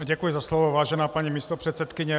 Děkuji za slovo, vážená paní místopředsedkyně.